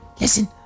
Listen